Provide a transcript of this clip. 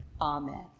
Amen